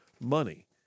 money